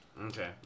Okay